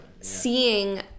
seeing